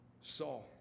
Saul